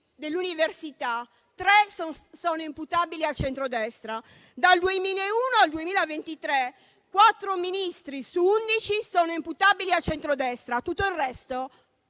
dell'università, tre sono imputabili al centrodestra; dal 2001 al 2023 quattro Ministri su 11 sono imputabili al centrodestra, tutto il resto